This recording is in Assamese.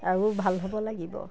আৰু ভাল হ'ব লাগিব